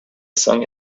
song